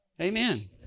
Amen